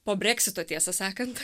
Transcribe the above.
po brexito tiesą sakant